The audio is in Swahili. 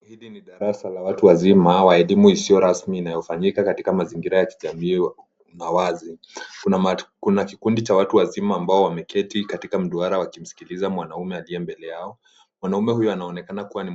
Hili ni darasa la watu wazima, wa elimu isiyo rasmi inayofanyika katika mazingira ya kijamii na wazi. Kuna mat kikundi cha watu wazima ambao wameketi katika mduara, wakimsikiliza mwanaume aliye mbele yao. Mwanaume huyu anaonekana kuwa ni